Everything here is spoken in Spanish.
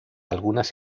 algunas